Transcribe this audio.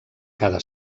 cada